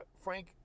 Frank